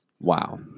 Wow